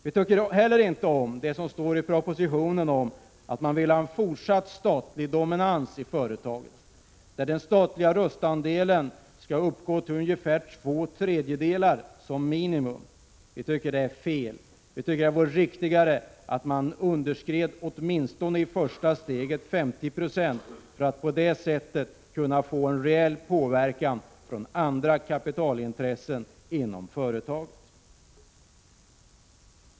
Vi tycker heller inte om det som står i propositionen om att man vill ha en fortsatt statlig dominans i företaget. Den statliga röstandelen skall uppgå till ungefär två tredjedelar som minimum. Vi tycker det är fel. Vi tycker det vore riktigare att man i första steget underskred åtminstone 50 Yo för att på det sättet kunna få reell påverkan från andra kapitalintressen inom företaget.